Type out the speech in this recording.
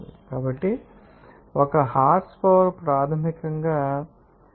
కాబట్టి ఒక హార్స్పవర్ ప్రాథమికంగా 0